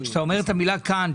כשאתה אומר את המילה כאן,